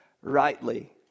rightly